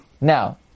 Now